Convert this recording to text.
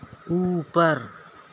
اوپر